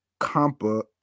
compa